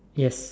yes